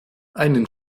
einen